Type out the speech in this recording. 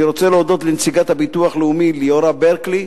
אני רוצה להודות לנציגת הביטוח הלאומי ליאורה ברקלי,